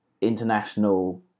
international